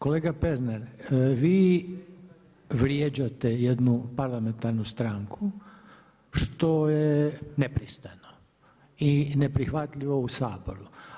Kolega Pernar, vi vrijeđate jednu parlamentarnu stranku što je nepristojno i neprihvatljivo u Saboru.